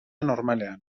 normalean